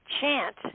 chant